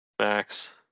max